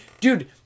Dude